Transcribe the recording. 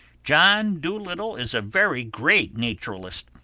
john dolittle is a very great nacheralist.